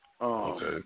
Okay